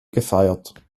gefeiert